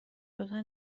دوتا